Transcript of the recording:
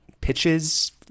pitches